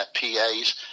PAs